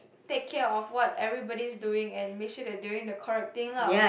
take care of what everybody is doing and make sure they doing the correct thing lah